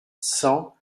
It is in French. cent